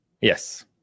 Yes